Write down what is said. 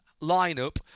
lineup